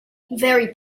very